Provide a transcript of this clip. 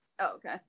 okay